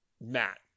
Matt